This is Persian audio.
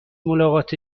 ملاقات